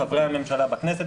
חברי הממשלה בכנסת,